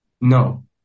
No